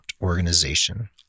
organization